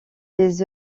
des